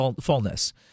fullness